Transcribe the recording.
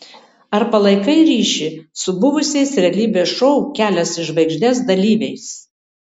ar palaikai ryšį su buvusiais realybės šou kelias į žvaigždes dalyviais